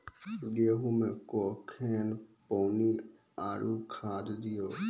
गेहूँ मे कखेन पानी आरु खाद दिये?